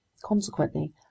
Consequently